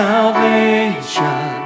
salvation